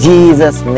Jesus